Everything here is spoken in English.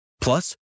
Plus